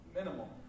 Minimal